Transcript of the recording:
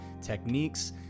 techniques